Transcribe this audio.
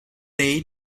day